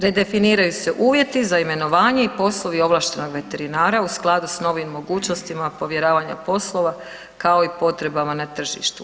Redefiniraju se uvjeti za imenovanje i poslove ovlaštenog veterinara u skladu s novim mogućnostima povjeravanja poslova, kao i potrebama na tržištu.